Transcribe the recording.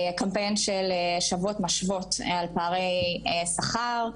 קמפיין של "שבות משוות" על פערי שכר.